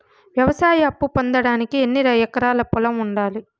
వ్యవసాయ అప్పు పొందడానికి ఎన్ని ఎకరాల పొలం ఉండాలి?